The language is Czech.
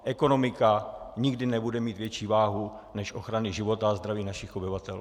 Ekonomika nikdy nebude mít větší váhu než ochrany života a zdraví našich obyvatel.